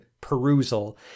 perusal